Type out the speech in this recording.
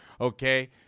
okay